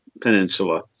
Peninsula